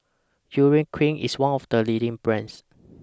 Urea Cream IS one of The leading brands